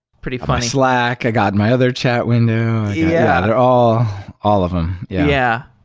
pretty funny. slack. i got my other chat window. yeah, but all all of them. yeah. yeah.